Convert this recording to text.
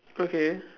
okay